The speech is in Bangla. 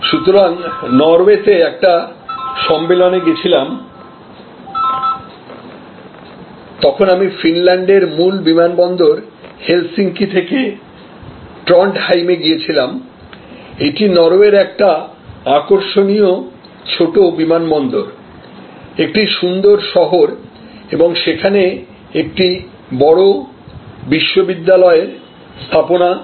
সম্প্রতি নরওয়েতে একটি সম্মেলনে গিয়েছিলাম তখন আমি ফিনল্যান্ডের মূল বিমানবন্দর হেলসিঙ্কি থেকে ট্রন্ডহাইমে গিয়েছিলাম এটি নরওয়ের একটি আকর্ষণীয় ছোট বিমানবন্দর একটি সুন্দর শহর এবং সেখানে একটি বড় বিশ্ববিদ্যালয়ের স্থাপনা করা হয়েছে